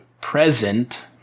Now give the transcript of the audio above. present